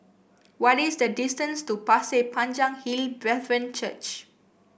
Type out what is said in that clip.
what is the distance to Pasir Panjang Hill Brethren Church